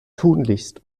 tunlichst